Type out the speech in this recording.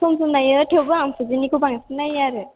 सम सम नायो थेवबो आं फुजिनिखौ बांसिन नायो आरो